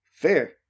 Fair